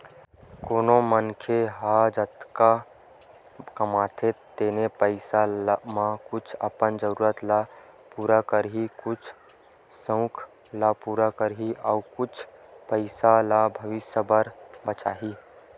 कोनो मनखे ह जतका कमाथे तेने पइसा म कुछ अपन जरूरत ल पूरा करही, कुछ सउक ल पूरा करही अउ कुछ पइसा ल भविस्य बर बचाही